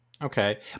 Okay